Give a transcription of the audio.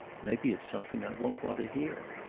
maybe it's something i won't want to hear.